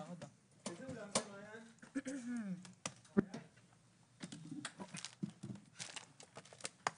הישיבה ננעלה בשעה 10:10.